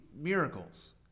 miracles